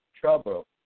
trouble